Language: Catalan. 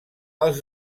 als